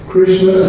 Krishna